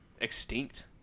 Extinct